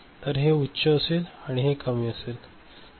तर हे उच्च असेल आणि हे कमी असेल